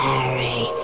Harry